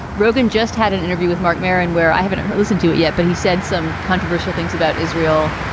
rogan just had an interview with marc maron where i haven't listened to it yet, but he said some controversial things about israel.